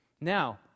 Now